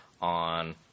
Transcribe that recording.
on